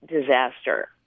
disaster